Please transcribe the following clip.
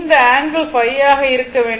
இந்த ஆங்கிள் ϕ ஆக இருக்க வேண்டும்